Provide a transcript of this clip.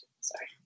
sorry